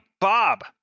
Bob